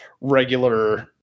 regular